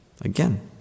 Again